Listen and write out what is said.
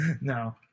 No